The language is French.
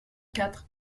quatre